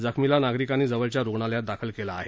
जखमीला नागरिकांनी जवळच्या रुग्णालयात दाखल केलं आहे